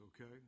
okay